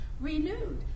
renewed